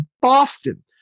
Boston